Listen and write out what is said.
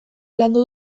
landu